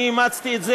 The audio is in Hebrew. אני אימצתי את זה